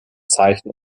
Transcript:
zeichen